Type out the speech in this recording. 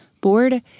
Board